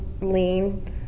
lean